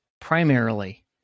primarily